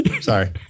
Sorry